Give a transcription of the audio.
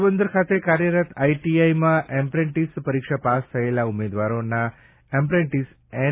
પોરબંદર ખાતે કાર્યરત આઈટીઆઈમાં એપ્રેન્ટિસ પરીક્ષા પાસ થયેલા ઉમેદવારોના એપ્રેન્ટિસ એન